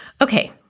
Okay